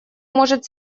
может